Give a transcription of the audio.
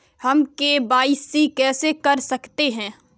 हम के.वाई.सी कैसे कर सकते हैं?